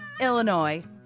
Illinois